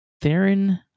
Theron